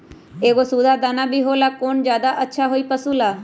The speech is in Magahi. एगो सुधा दाना भी होला कौन ज्यादा अच्छा होई पशु ला?